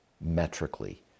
metrically